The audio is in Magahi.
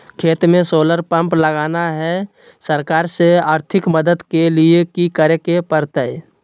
खेत में सोलर पंप लगाना है, सरकार से आर्थिक मदद के लिए की करे परतय?